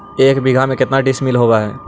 एक बीघा में केतना डिसिमिल होव हइ?